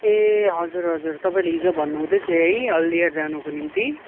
ए हजुर हजुर तपाईँले हिजो भन्नु हुँदै थियो है हल्दिया जानुको निम्ति